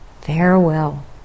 Farewell